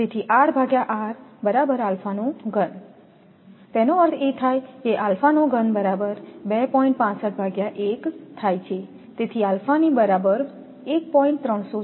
તેથી તેનો અર્થ એ થાય કે બરાબરથાય છેતેથી ની બરાબર 1